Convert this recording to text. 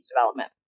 development